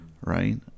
Right